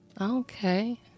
Okay